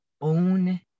own